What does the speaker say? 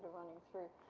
running through,